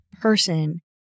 person